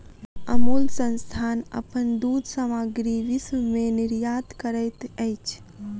अमूल संस्थान अपन दूध सामग्री विश्व में निर्यात करैत अछि